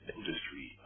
industry